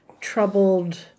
troubled